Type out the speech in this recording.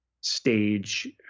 stage